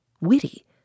witty